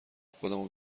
خودمو